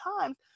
times